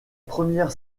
première